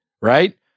right